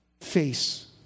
face